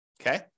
Okay